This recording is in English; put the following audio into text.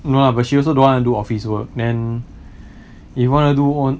no lah but she also don't want to do office work then if you wanna do own